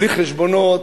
בלי חשבונות,